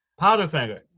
Powderfinger